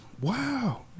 Wow